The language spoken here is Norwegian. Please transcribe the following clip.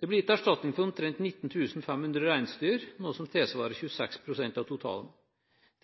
Det blir gitt erstatning for omtrent 19 500 reinsdyr, noe som tilsvarer 26 pst. av totalen.